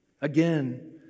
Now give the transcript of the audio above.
Again